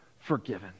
forgiven